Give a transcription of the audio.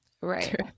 Right